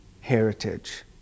heritage